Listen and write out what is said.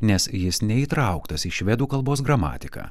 nes jis neįtrauktas į švedų kalbos gramatiką